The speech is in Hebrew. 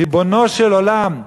ריבונו של עולם,